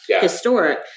historic